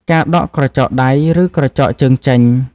ការដកក្រចកដៃ ឬក្រចកជើងចេញ។